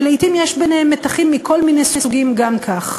שלעתים יש ביניהם מתחים מכל מיני סוגים גם כך.